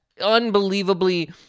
Unbelievably